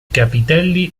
capitelli